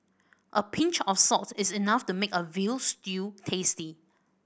a pinch of salt is enough to make a veal stew tasty